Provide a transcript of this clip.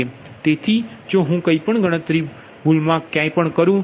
તેથી જો હું કોઈપણ ગણતરી ભૂલમાં ક્યાંય પણ બનાવું છું